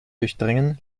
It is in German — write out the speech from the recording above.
durchdringen